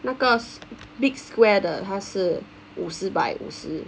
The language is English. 那个 big square 的它是五十 by 五十